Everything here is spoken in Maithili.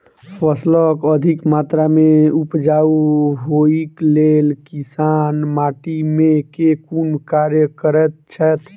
फसल अधिक मात्रा मे उपजाउ होइक लेल किसान माटि मे केँ कुन कार्य करैत छैथ?